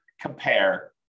compare